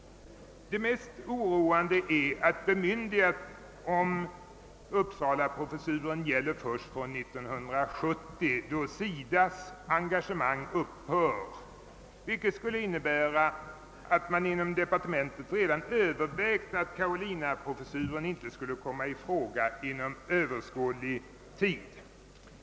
Det mest oroande är att bemyndigandet om uppsalaprofessuren gäller först från 1970, då SIDA:s engagemang upphör. Detta skulle innebära att övervägandena inom departementet medför att karolinaprofessuren inte skulle komma i fråga inom överskådlig tid.